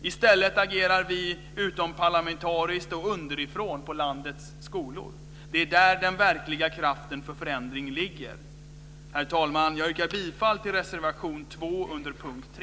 I stället agerar vi utomparlamentariskt och underifrån på landets skolor. Det är där den verkligen kraften till förändring ligger. Herr talman! Jag yrkar bifall till reservation 2 under punkt 3.